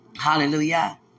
Hallelujah